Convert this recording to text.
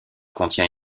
contient